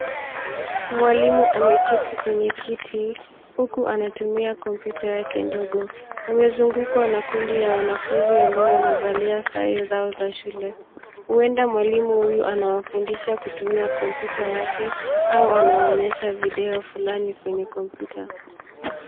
Mwalimu ameketi kwenye kiti huku anatumia kompyuta yake ndogo, amezungukwa na kundi la wanafunzi ambao wamevalia sare zao za shule. Huenda mwalimu huyu anawafundisha kutumia kompyuta yake au anawaonyesha video flani kwenye kompyuta.